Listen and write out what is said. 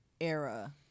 Era